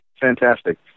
Fantastic